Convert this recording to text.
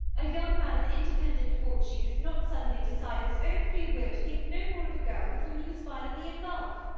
a young man of independent fortune does not suddenly decide of his own free will to think no more of a girl with whom he was violently in love.